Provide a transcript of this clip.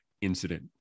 incident